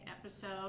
episode